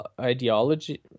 ideology